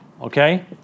okay